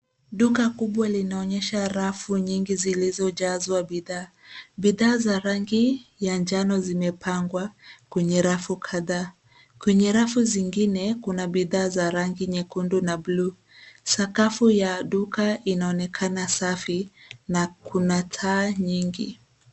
Duka kubwa linaonyesha rafu nyingi zilizojazwa bidhaa. Bidhaa za rangi ya njano zimepangwa kwenye rafu kadhaa. Kwenye rafu zingine kuna bidhaa za rangi nyekundu na buluu. Sakafu ya duka inaonekana safi na kuna taa nyingi.